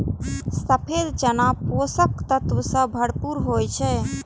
सफेद चना पोषक तत्व सं भरपूर होइ छै